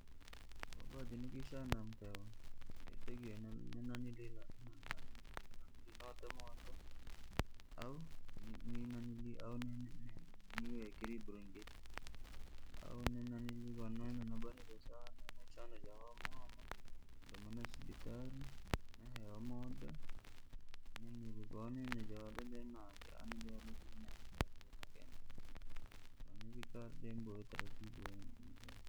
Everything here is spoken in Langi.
Nikishana mpehu, notakiwa notemooto, au niwikire ibulangeti, au konoshana jahoma homa, nidome nusibitarii, nihewe mooda ninyue konokoonine jole kovikare niboye utaratibu wingi.